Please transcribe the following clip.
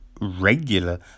regular